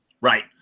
Right